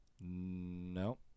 No